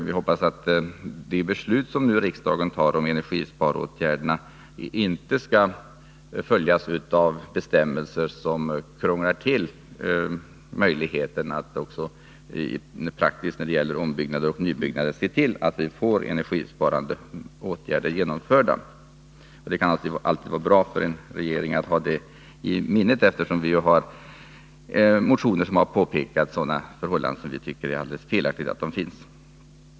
Vi hoppas att de beslut som riksdagen nu fattar om energisparåtgärder inte skall följas av bestämmelser som krånglar till möjligheterna att när det gäller nybyggnader och ombyggnader praktiskt se till att energibesparande åtgärder genomförs. Det kan vara bra för en regering att ha detta i minnet, eftersom det i motioner har påpekats förhållanden som vi tycker är helt felaktiga.